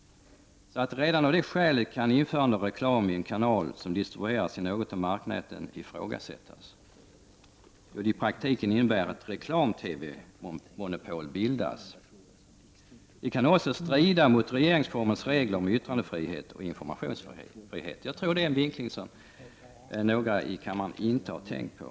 Redan av det skälet kan införande av reklam i en kanal med distribution i något av marknäten ifrågasättas, då det i praktiken innebär att ett reklam-TV-monopol bildas. Det kan också strida mot regeringsformens regler om yttrandefrihet och informationsfrihet. Jag tror att detta är en vinkling som några i kammaren inte har tänkt på.